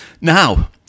Now